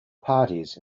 parties